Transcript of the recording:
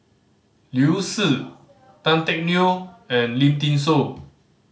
Liu Si Tan Teck Neo and Lim Thean Soo